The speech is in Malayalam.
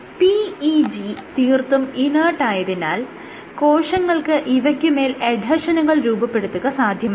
PEG തീർത്തും ഇനർട്ടായതിനാൽ കോശങ്ങൾക്ക് ഇവയ്ക്കുമേൽ എഡ്ഹെഷനുകൾ രൂപപ്പെടുത്തുക സാധ്യമല്ല